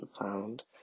found